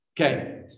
Okay